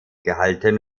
gehalten